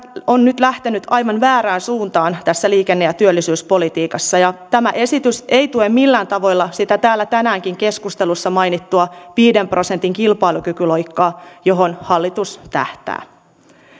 on nyt lähtenyt aivan väärään suuntaan tässä liikenne ja työllisyyspolitiikassa ja tämä esitys ei tue millään tavoilla sitä täällä tänäänkin keskustelussa mainittua viiden prosentin kilpailukykyloikkaa johon hallitus tähtää